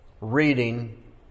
reading